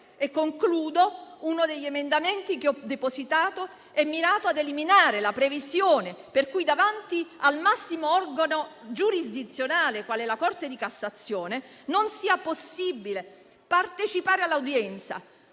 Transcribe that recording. Inoltre, uno degli emendamenti che ho depositato è mirato ad eliminare la previsione per cui davanti al massimo organo giurisdizionale, qual è la Corte di cassazione, non sia possibile partecipare all'udienza.